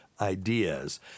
ideas